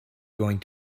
going